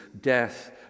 death